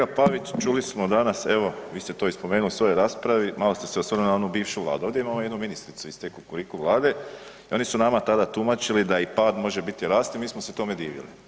Kolega Pavić čuli smo danas evo vi ste to i spomenuli u svojoj raspravi, malo ste se osvrnuli na onu bivšu Vladu, ovdje imamo jednu ministricu iz te Kukuriku vlade i oni su nama tada tumačili da i pad može … rasti, mi smo se tome divili.